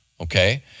okay